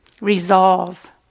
resolve